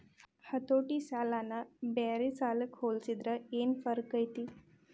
ಹತೋಟಿ ಸಾಲನ ಬ್ಯಾರೆ ಸಾಲಕ್ಕ ಹೊಲ್ಸಿದ್ರ ಯೆನ್ ಫರ್ಕೈತಿ?